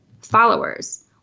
followers